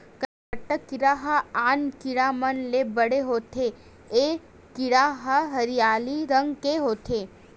कनकट्टा कीरा ह आन कीरा मन ले बड़े होथे ए कीरा ह हरियर रंग के होथे